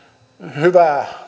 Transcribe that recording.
hyvää